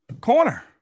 Corner